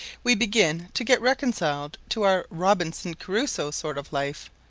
we begin to get reconciled to our robinson crusoe sort of life,